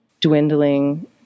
dwindling